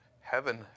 heaven